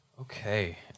Okay